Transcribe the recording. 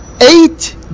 eight